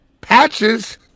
patches